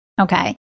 okay